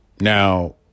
Now